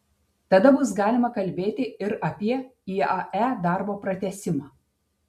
tada bus galima kalbėti ir apie iae darbo pratęsimą